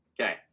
Okay